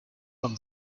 from